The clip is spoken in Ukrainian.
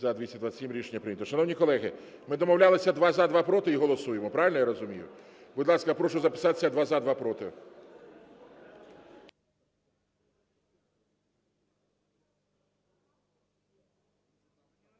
За-227 Рішення прийнято. Шановні колеги, ми домовлялися два – за, два – проти і голосуємо, правильно я розумію? Будь ласка, прошу записатися: два – за, два – проти.